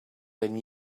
than